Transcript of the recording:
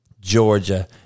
Georgia